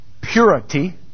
purity